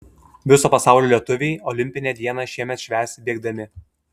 viso pasaulio lietuviai olimpinę dieną šiemet švęs bėgdami